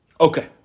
Okay